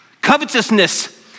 Covetousness